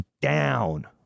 down